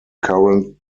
current